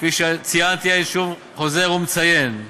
כפי שציינתי, ואני חוזר ומציין,